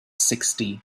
sixty